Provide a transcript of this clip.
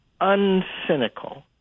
uncynical